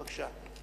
בבקשה.